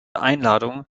einladung